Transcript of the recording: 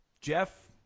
Jeff